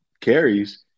carries